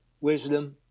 wisdom